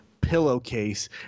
pillowcase